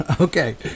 Okay